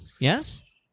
yes